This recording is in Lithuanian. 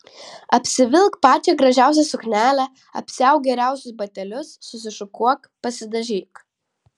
apsivilk pačią gražiausią suknelę apsiauk geriausius batelius susišukuok pasidažyk